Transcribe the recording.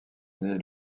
naît